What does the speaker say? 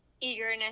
eagerness